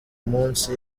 munsi